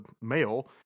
male